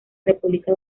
república